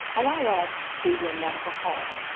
allow us to be your medical home.